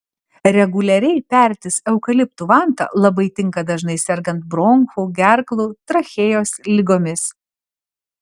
reguliariai pertis eukaliptų vanta labai tinka dažnai sergant bronchų gerklų trachėjos ligomis